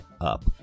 up